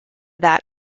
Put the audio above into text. that